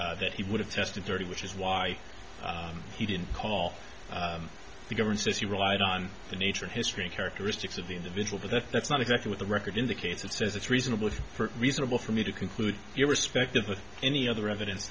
this that he would have tested thirty which is why he didn't call the government says he relied on the nature of history characteristics of the individual but if that's not exactly what the record indicates it says it's reasonable for reasonable for me to conclude irrespective of any other evidence